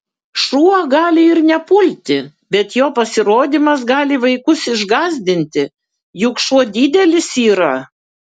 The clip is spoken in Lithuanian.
šuo gali ir nepulti bet jo pasirodymas gali vaikus išgąsdinti juk šuo didelis yra